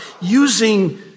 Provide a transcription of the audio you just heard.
using